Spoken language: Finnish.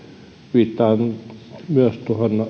viittaan myös